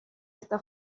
está